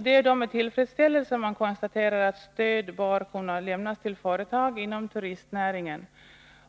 Det är då med tillfredsställelse som man konstaterar att stöd bör kunna lämnas till företag inom turistnäringen